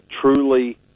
truly